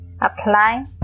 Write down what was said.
apply